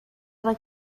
rak